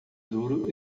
duro